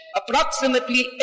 approximately